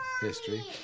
history